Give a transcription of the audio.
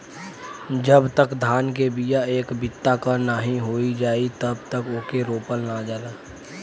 जब तक धान के बिया एक बित्ता क नाहीं हो जाई तब तक ओके रोपल ना जाला